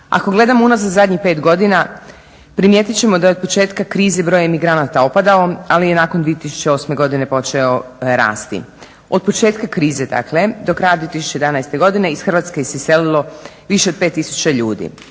Ako gledamo unazad zadnjih 5 godina primijetit ćemo da je od početka krize broj emigranata opadao ali je nakon 2008.počeo rasti. Od početka krize dakle do kraja 2011.godine iz Hrvatske se iselilo više od pet tisuća ljudi.